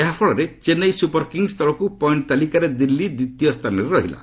ଏହାଫଳରେ Chennai super kings ତଳକୁ point ତାଲିକାରେ ଦିଲ୍ଲୀ ଦ୍ୱିତୀୟ ସ୍ଥାନରେ ରହିଲା